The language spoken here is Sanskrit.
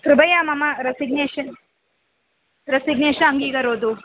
कृपया मम रसिग्नेषन् रसिग्नेशन् अङ्गीकरोतु